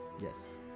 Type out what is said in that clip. Yes